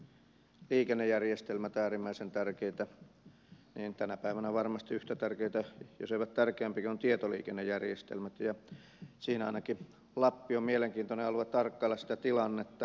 jos aikaisemmin olivat liikennejärjestelmät äärimmäisen tärkeitä niin tänä päivänä varmasti yhtä tärkeitä jos eivät tärkeämpiäkin ovat tietoliikennejärjestelmät ja siinä ainakin lappi on mielenkiintoinen alue tarkkailla sitä tilannetta